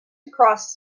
across